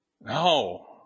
No